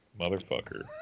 Motherfucker